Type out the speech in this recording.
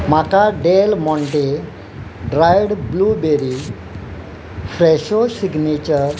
म्हाका Del Monte dried blueberry Fresho signature